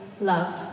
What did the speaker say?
love